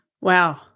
Wow